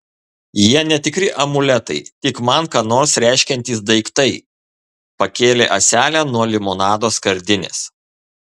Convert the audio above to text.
jie netikri amuletai tik man ką nors reiškiantys daiktai pakėlė ąselę nuo limonado skardinės